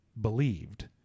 believed